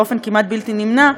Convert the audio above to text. באופן כמעט בלתי נמנע,